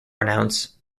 announce